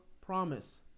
promise